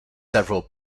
several